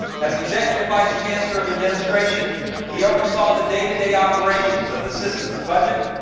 as executive vice chancellor of administration he oversaw the day-to-day operations of the system's budget,